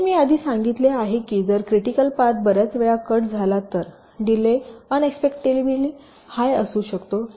जसे मी आधी सांगितले आहे की जर क्रिटिकल पाथ बर्याच वेळा कट झाला तर डीले अनएक्स्पेक्टेबली हाय असू शकतो